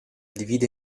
divide